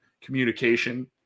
communication